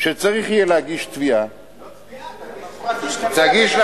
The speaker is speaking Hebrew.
שצריך יהיה להגיש תביעה, לא תביעה, תגיש פרטים.